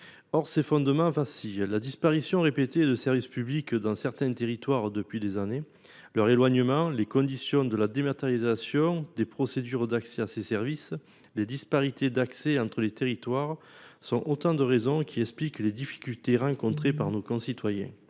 Or ces fondements vacillent. La disparition répétée de services publics dans certains territoires depuis des années, leur éloignement, les conditions de la dématérialisation des procédures d’accès à ces services et les disparités d’accès entre les territoires sont autant de raisons qui expliquent les difficultés rencontrées par nos concitoyens.